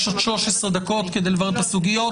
יש עוד 13 דקות כדי לברר את הסוגיות.